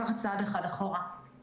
מבקר אחד בכל פעם, ממוגן כמו שצריך.